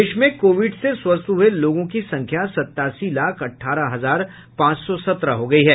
देश में कोविड से स्वस्थ हुए लोगों की संख्या सतासी लाख अठारह हजार पांच सौ सत्रह हो गई है